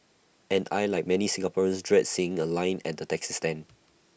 and I Like many Singaporeans dread seeing A line at the taxi stand